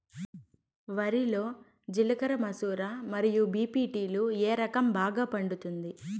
వరి లో జిలకర మసూర మరియు బీ.పీ.టీ లు ఏ రకం బాగా పండుతుంది